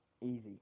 easy